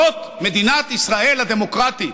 זאת מדינת ישראל הדמוקרטית,